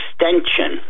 extension